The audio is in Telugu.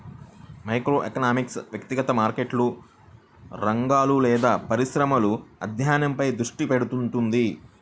మైక్రోఎకనామిక్స్ వ్యక్తిగత మార్కెట్లు, రంగాలు లేదా పరిశ్రమల అధ్యయనంపై దృష్టి పెడుతుంది